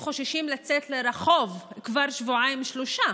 חוששים לצאת לרחוב כבר שבועיים-שלושה.